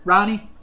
Ronnie